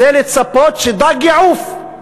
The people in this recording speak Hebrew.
זה לצפות שדג יעוף.